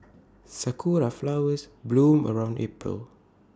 Sakura Flowers bloom around April